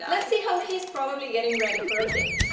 let's see how he's probably getting ready for a date